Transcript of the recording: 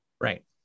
Right